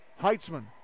Heitzman